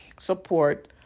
support